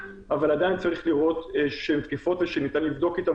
אבל עדיין צריך לראות שהן תקפות ושניתן לבדוק איתן